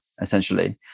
essentially